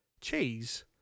cheese